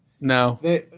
No